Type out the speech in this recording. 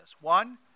One